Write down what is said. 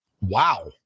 Wow